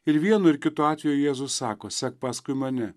ir vienu ir kitu atveju jėzus sako sek paskui mane